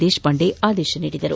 ದೇಶಪಾಂಡೆ ಆದೇಶಿಸಿದರು